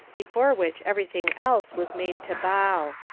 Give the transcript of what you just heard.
before which everything else was made to bow.